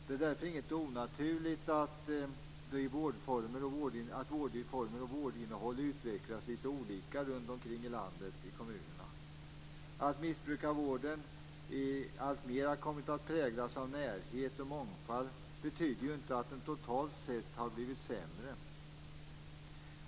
Det är därför inget onaturligt att vårdformer och vårdinnehåll utvecklas litet olika i kommunerna runt omkring i landet. Att missbrukarvården alltmer har kommit har präglas av närhet och mångfald betyder ju inte att den totalt sett har blivit sämre.